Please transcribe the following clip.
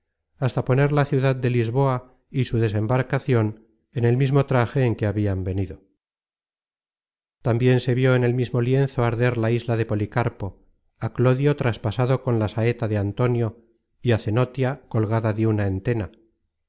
hasta poner la ciudad de lisboa y su desembarcacion en el mismo traje en que habian venido tambien se vió en el mismo lienzo arder la isla de policarpo á clodio traspasado con la saeta de antonio y á cenotia colgada de una entena